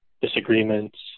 disagreements